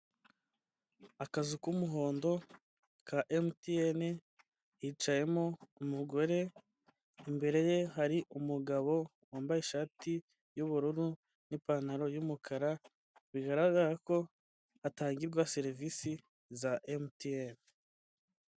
Akazu k'umuhondo ka emutiyeni hicayemo umugore, imbere ye hari umugabo wambaye ishati y'ubururu n'ipantaro y'umukara bigaragara ko hatangirwa serivisi za emutiyeni.